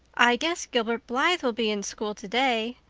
i guess gilbert blythe will be in school today,